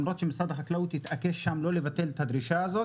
למרות שמשרד החקלאות התעקש לא לבטל את הדרישה הזאת.